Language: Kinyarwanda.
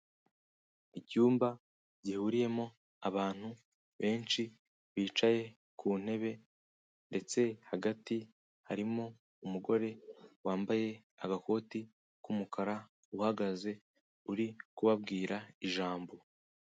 Icyumba gihuriyemo abantu benshi bicaye ku ntebe ndetse hagati harimo umugore wambaye agakoti k'umukara, uhagaze uri kubabwira ijambo.